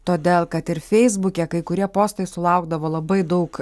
todėl kad ir feisbuke kai kurie postai sulaukdavo labai daug